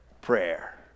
prayer